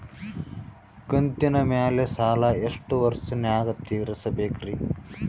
ಕಂತಿನ ಮ್ಯಾಲ ಸಾಲಾ ಎಷ್ಟ ವರ್ಷ ನ್ಯಾಗ ತೀರಸ ಬೇಕ್ರಿ?